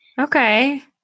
Okay